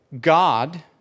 God